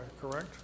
correct